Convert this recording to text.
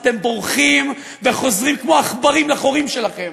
אתם בורחים וחוזרים כמו עכברים לחורים שלכם.